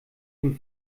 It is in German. dem